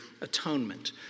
atonement